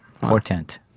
Portent